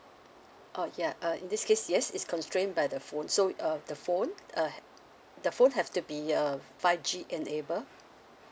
uh ya uh in this case yes it's constrained by the phone so uh the phone uh the phone have to be uh five G enable